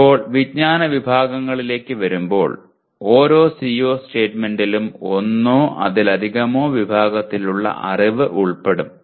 ഇപ്പോൾ വിജ്ഞാന വിഭാഗങ്ങളിലേക്ക് വരുമ്പോൾ ഓരോ CO സ്റ്റേറ്റ്മെന്റിലും ഒന്നോ അതിലധികമോ വിഭാഗത്തിലുള്ള അറിവ് ഉൾപ്പെടും